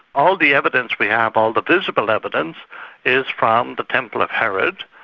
all the evidence we have, all the visible evidence is from the temple of herod,